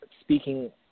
speaking